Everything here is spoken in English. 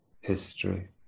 history